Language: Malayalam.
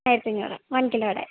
ആയിരത്തിയഞ്ഞൂറ് വൺ കിലോയുടെ